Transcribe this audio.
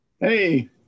Hey